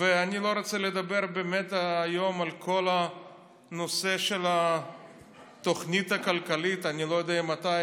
אני לא רוצה לדבר באמת היום על כל הנושא של התוכנית הכלכלית והתקציב.